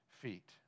feet